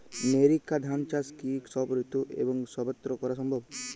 NERICA ধান চাষ কি সব ঋতু এবং সবত্র করা সম্ভব?